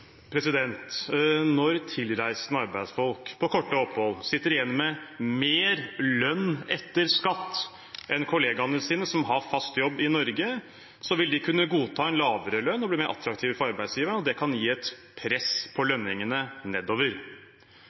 Når tilreisende arbeidsfolk på korte opphold sitter igjen med mer lønn etter skatt enn kollegaene sine, som har fast jobb i Norge, så vil de kunne godta en lavere lønn og blir mer attraktive for arbeidsgiverne, og det kan gi et press på lønningene – nedover.